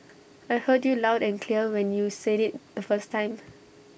I heard you loud and clear when you said IT the first time